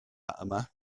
yma